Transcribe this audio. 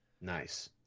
Nice